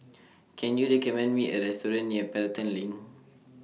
Can YOU recommend Me A Restaurant near Pelton LINK